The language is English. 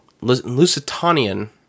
Lusitanian